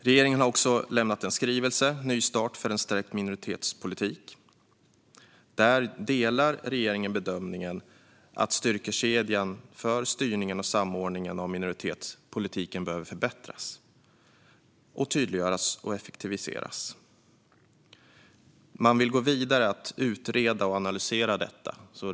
Regeringen har också lämnat en skrivelse, Nystart för en stärkt minoritetspolitik , där regeringen delar bedömningen att styrningen och samordningen av minoritetspolitiken behöver förbättras, tydliggöras och effektiviseras. Man vill gå vidare med att utreda och analysera detta.